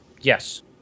Yes